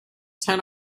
ten